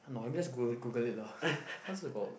no I'm just goog~ google it lah what's it called